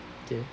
okay